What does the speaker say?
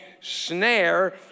snare